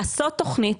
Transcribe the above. לעשות תכנית.